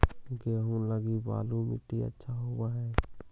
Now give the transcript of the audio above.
गेहुआ लगी बलुआ मिट्टियां अच्छा होव हैं?